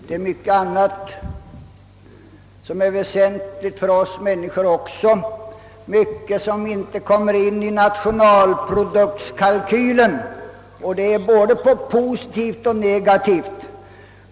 Det är mycket annat som är väsentligt för oss människor — mycket som inte kommer in i nationalproduktskalkylen — av både positiv och negativ art.